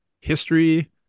history